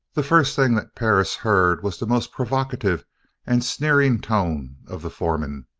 the first thing that perris heard was the most provocative and sneering tone of the foreman,